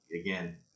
again